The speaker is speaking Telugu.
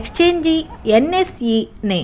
ఎక్స్చేంజి ఎన్.ఎస్.ఈ నే